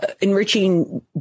enriching